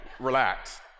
Relax